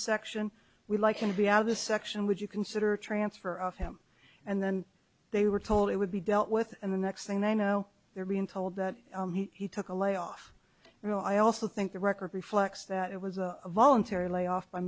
section we'd like to be out of this section would you consider a transfer of him and then they were told it would be dealt with and the next thing they know they're being told that he took a layoff you know i also think the record reflects that it was a voluntary layoff by